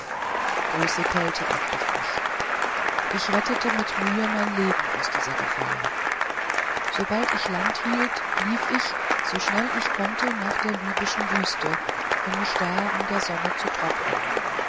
große kälte ergriff mich ich rettete mit mühe mein leben aus dieser gefahr sobald ich land hielt lief ich so schnell ich konnte nach der libyschen wüste um mich da an der sonne zu trocknen